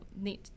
need